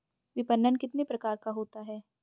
विपणन कितने प्रकार का होता है?